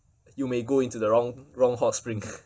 you may go into the wrong wrong hot spring